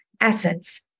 essence